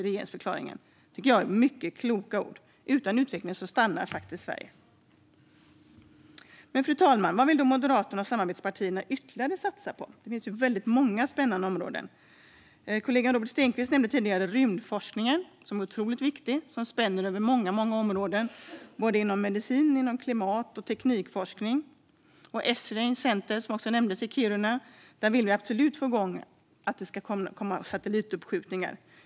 Det tycker jag är mycket kloka ord. Utan utveckling stannar Sverige. Fru talman! Vad vill då Moderaterna och samarbetspartierna ytterligare satsa på? Det finns väldigt många spännande områden. Kollegan Robert Stenkvist nämnde tidigare rymdforskningen. Den är otroligt viktig och spänner över många områden inom medicin-, klimat och teknikforskning. Esrange Space Center i Kiruna nämndes. Där vill vi absolut att det ska komma satellituppskjutningar.